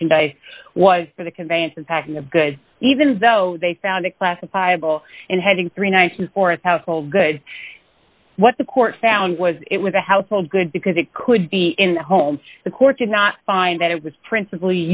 merchandise was for the conveyance of packing of good even though they found a classified will d in heading three nights and four of household goods what the court found was it was a household good because it could be in the home the court did not find that it was principal